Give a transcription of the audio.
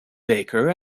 baker